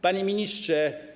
Panie Ministrze!